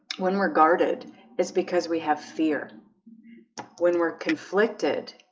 when we're guarded is because we have fear when we're conflicted,